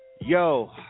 Yo